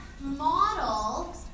model